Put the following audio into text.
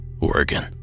Oregon